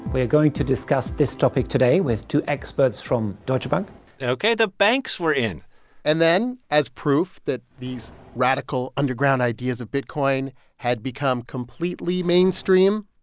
we are going to discuss this topic today with two experts from deutsche bank ok. the banks were in and then as proof that these radical underground, ideas of bitcoin had become completely mainstream.